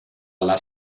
alla